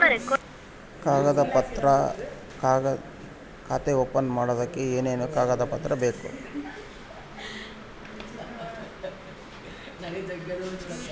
ಖಾತೆ ಓಪನ್ ಮಾಡಕ್ಕೆ ಏನೇನು ಕಾಗದ ಪತ್ರ ಬೇಕು?